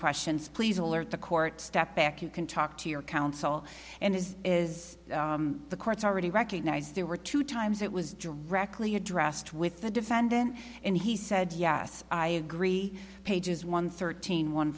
questions please alert the court step back you can talk to your counsel and is is the court's already recognized there were two times it was directly addressed with the defendant and he said yes i agree pages one thirteen one